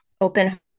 open